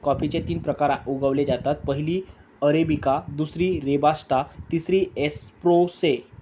कॉफीचे तीन मुख्य प्रकार उगवले जातात, पहिली अरेबिका, दुसरी रोबस्टा, तिसरी एस्प्रेसो